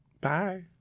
bye